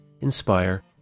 inspire